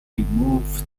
removed